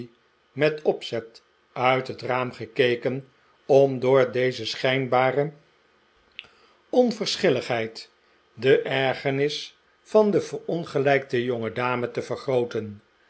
met opzet uit het raam gekeken om door deze schijnbare onverschilligheid de ergernis van de verongelijkte jongedame te vergrooten